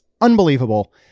unbelievable